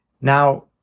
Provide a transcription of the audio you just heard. Now